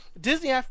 Disney